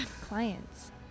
clients